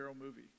movie